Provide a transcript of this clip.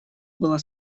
была